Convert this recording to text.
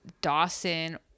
Dawson